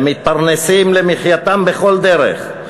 הם מתפרנסים למחייתם בכל דרך.